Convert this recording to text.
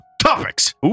topics